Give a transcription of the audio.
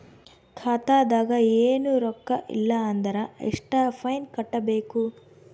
ಖಾತಾದಾಗ ಏನು ರೊಕ್ಕ ಇಲ್ಲ ಅಂದರ ಎಷ್ಟ ಫೈನ್ ಕಟ್ಟಬೇಕು?